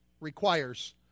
requires